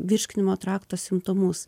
virškinimo trakto simptomus